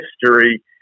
history